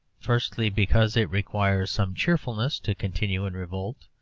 firstly, because it requires some cheerfulness to continue in revolt,